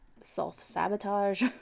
self-sabotage